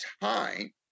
time